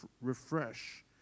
refresh